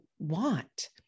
want